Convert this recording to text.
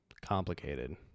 complicated